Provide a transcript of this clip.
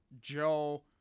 Joe